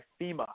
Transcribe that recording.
FEMA